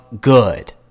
good